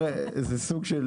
זה סוג של